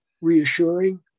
reassuring